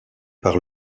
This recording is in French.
par